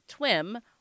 Twim